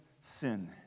sin